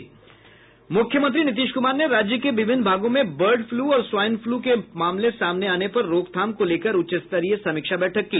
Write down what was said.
मुख्यमंत्री नीतीश कुमार ने राज्य के विभिन्न भागों में बर्ड फ्लू और स्वाईन फ्लू के मामले सामने आने पर रोकथाम को लेकर उच्च स्तरीय समीक्षा बैठक की